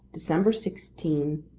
december sixteen,